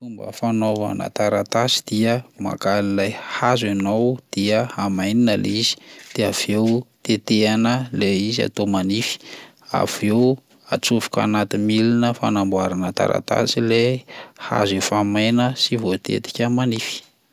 Fomba fanaovana taratasy dia: maka an'ilay hazo ianao dia hamainina lay izy de avy eo tetehana lay izy atao manify, avy eo atsofoka anaty milina fanamboarana taratasy lay hazo efa maina sy voatetika manify.